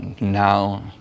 now